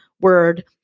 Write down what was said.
word